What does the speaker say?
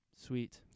Sweet